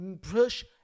push